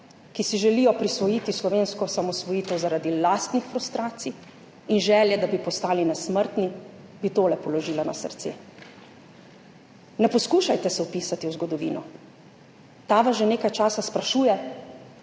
ki si želijo prisvojiti slovensko osamosvojitev zaradi lastnih frustracij in želje, da bi postali nesmrtni, bi tole položila na srce. Ne poskušajte se vpisati v zgodovino, ta vas že nekaj časa sprašuje,